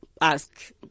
ask